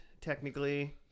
technically